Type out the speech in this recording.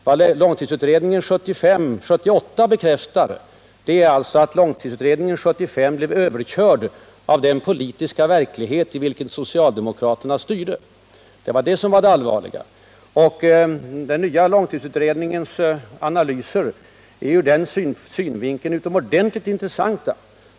Vad långtidsutredningen 1978 bekräftar är att långtidsutredningen 1975 blev överkörd av den politiska verklighet i vilken socialdemokraterna styrde. Den nya långtidsutredningens analyser är ur den synvinkeln utomordentligt intressanta.